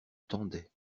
tendaient